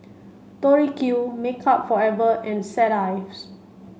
Tori Q Makeup Forever and Set Ives